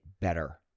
better